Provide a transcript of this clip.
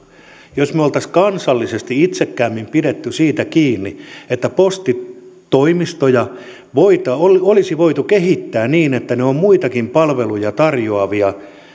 jos me olisimme kansallisesti itsekkäämmin pitäneet siitä kiinni että postitoimistoja olisi voitu kehittää niin että ne ovat muitakin palveluja tarjoavia